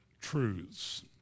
Truths